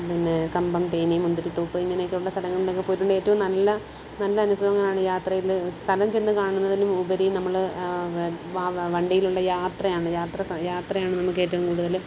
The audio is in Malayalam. പിന്നെ കമ്പം തേനി മുന്തിരിത്തോപ്പ് ഇങ്ങനെയൊക്കെ ഉള്ള സ്ഥലങ്ങളിലൊക്കെ പോയിട്ടുണ്ട് ഏറ്റവും നല്ല നല്ല അനുഭവങ്ങളാണ് യാത്രയിൽ സ്ഥലം ചെന്ന് കാണുന്നതിലും ഉപരി നമ്മൾ വണ്ടിയിലുള്ള യാത്രയാണ് യാത്ര യാത്രയാണ് നമുക്ക് ഏറ്റവും കൂടുതൽ